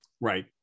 Right